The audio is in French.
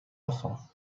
enfant